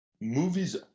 Movies